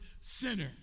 sinner